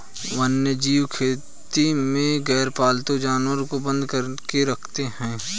वन्यजीव खेती में गैरपालतू जानवर को बंद करके रखते हैं